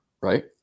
right